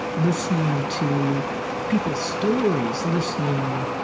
listening to people's stories, listening